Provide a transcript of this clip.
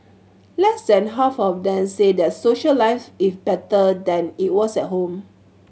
less than half of them say their social life is better than it was at home